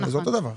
זה אותו הדבר.